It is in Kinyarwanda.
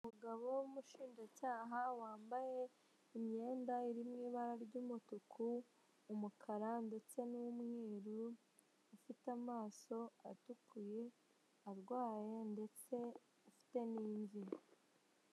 Umugabo w'umushinjacyaha wambaye imyenda irimo ibara ry'umutuku, umukara ndetse n'umweru, ufite amaso atukuye arwaye ndetse afite n'imvi.